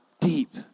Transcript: deep